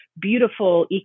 beautiful